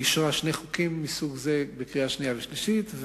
אישרה שני חוקים מסוג זה בקריאה שנייה ובקריאה שלישית,